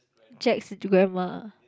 Jack's grandma